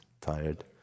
tired